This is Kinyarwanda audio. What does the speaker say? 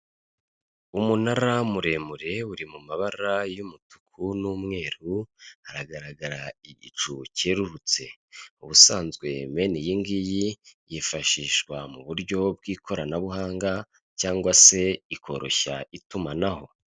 Umunara muremure uri mu mabara y'umutuku n'umweru, haragaragara igicu cyerurutse, ubusanzwe mene iyi ngiyi yifashishwa mu buryo bw'ikoranabuhanga cyangwa se ikoroshya itumanaho.